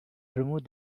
remove